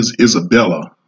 Isabella